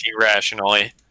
rationally